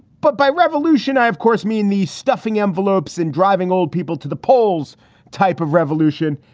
but by revolution, i, of course, mean the stuffing envelopes and driving old people to the polls type of revolution,